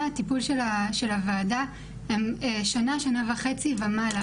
הטיפול של הוועדה הם שנה שנה וחצי ומעלה.